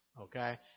Okay